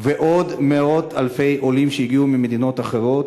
ועוד מאות-אלפי עולים שהגיעו ממדינות אחרות,